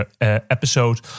episode